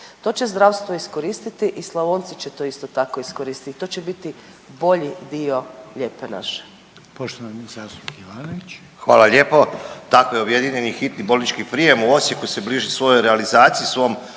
To će zdravstvo iskoristi i Slavonci će to isto tako iskoristiti. To će biti bolji dio lijepe naše. **Reiner, Željko (HDZ)** Poštovani zastupnik Ivanović. **Ivanović, Goran (HDZ)** Hvala lijepo. Takvi objedinjeni hitni bolnički prijem u Osijeku se bliži svojoj realizaciji, svom